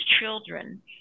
children